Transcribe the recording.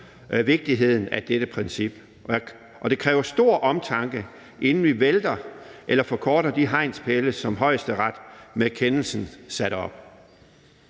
vigtigheden af dette princip, og det kræver stor omtanke, inden vi vælter eller forkorter de hegnspæle, som Højesteret med kendelsen satte op.